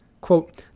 Quote